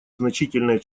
значительное